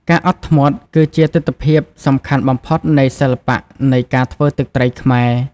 ការអត់ធ្មត់ គឺជាទិដ្ឋភាពសំខាន់បំផុតនៃសិល្បៈនៃការធ្វើទឹកត្រីខ្មែរ។